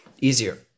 easier